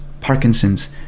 Parkinson's